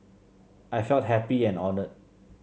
I felt happy and honoured